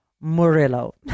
Murillo